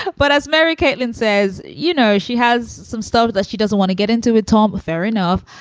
but as mary kate and says, you know, she has some stuff that she doesn't want to get into with tom. fair enough.